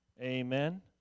amen